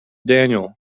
daniel